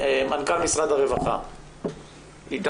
מנכ"ל משרד הרווחה איתנו?